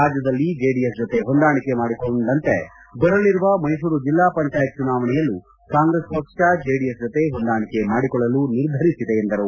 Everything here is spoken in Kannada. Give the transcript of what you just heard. ರಾಜ್ಙದಲ್ಲಿ ಜೆಡಿಎಸ್ ಜೊತೆ ಹೊಂದಾಣಿಕೆ ಮಾಡಿಕೊಂಡಂತೆ ಬರಲಿರುವ ಮೈಸೂರು ಜಿಲ್ಲಾ ಪಂಚಾಯತ್ ಚುನಾವಣೆಯಲ್ಲೂ ಕಾಂಗ್ರೆಸ್ ಪಕ್ಷ ಜೆಡಿಎಸ್ ಜೊತೆ ಹೊಂದಾಣಿಕೆ ಮಾಡಿಕೊಳ್ಳಲು ನಿರ್ಧರಿಸಿದೆ ಎಂದರು